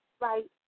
right